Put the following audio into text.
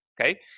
Okay